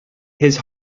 his